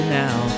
now